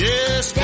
Yes